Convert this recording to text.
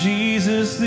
Jesus